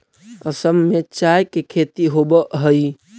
असम में चाय के खेती होवऽ हइ